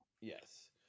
Yes